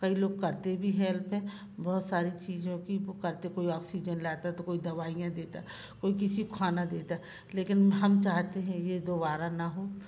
कई लोग करते भी हेल्प हैं बहुत सारी चीज़ों की करते कोई ऑक्सीजन लाता है तो कोई दवाइयाँ देता कोई किसी को खाना देता लेकिन हम चाहते हैं ये दोबारा ना हो